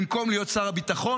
במקום להיות שר הביטחון,